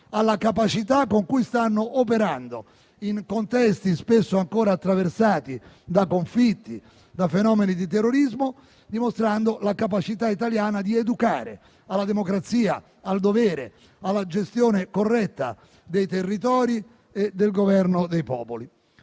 alla capacità con cui stanno operando in contesti spesso ancora attraversati da conflitti e da fenomeni di terrorismo, dimostrando la capacità italiana di educare alla democrazia, al dovere e alla gestione corretta dei territori e del governo dei popoli.